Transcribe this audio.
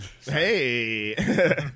Hey